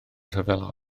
rhyfel